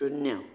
शुन्य